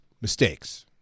mistakes